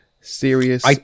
serious